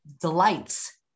delights